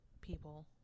people